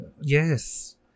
Yes